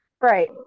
Right